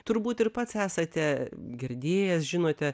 turbūt ir pats esate girdėjęs žinote